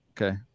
Okay